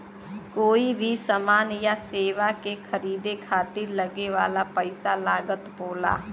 कोई भी समान या सेवा के खरीदे खातिर लगे वाला पइसा लागत होला